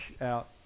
out